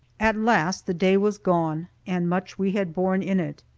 at last the day was gone, and much we had borne in it.